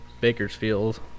Bakersfield